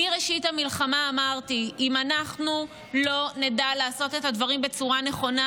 מראשית המלחמה אמרתי שאם אנחנו לא נדע לעשות את הדברים בצורה נכונה,